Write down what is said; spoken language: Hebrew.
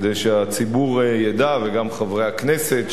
כדי שהציבור ידע וגם חברי הכנסת,